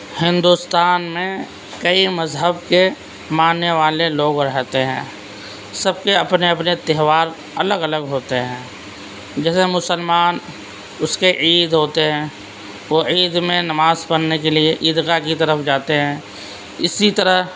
ہندوستان میں کئی مذہب کے ماننے والے لوگ رہتے ہیں سب کے اپنے اپنے تہوار الگ الگ ہوتے ہیں جیسے مسلمان اس کے عید ہوتے ہیں وہ عید میں نماز پڑھنے کے لیے عیدگاہ کی طرف جاتے ہیں اسی طرح